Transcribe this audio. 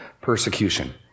persecution